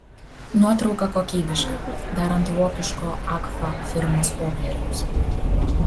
nuotrauka kokybiška dar ant vokiško agfa firmos popieriaus